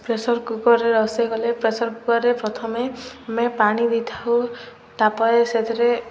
pressure କୁକର୍ରେ ରୋଷେଇ କଲେ ପ୍ରେସର୍ କୁକର୍ରେ ପ୍ରଥମେ ଆମେ ପାଣି ଦେଇଥାଉ ତାପରେ ସେଥିରେ